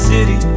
City